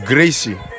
Gracie